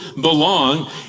belong